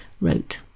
wrote